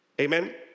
Amen